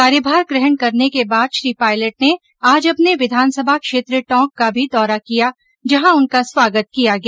कार्यभार ग्रहण करने के बाद श्री पायलट ने आज अपने विधानसभा क्षेत्र टोंक का भी दौरा किया जहां उनका स्वागत किया गया